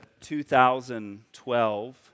2012